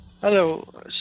Hello